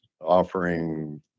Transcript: offering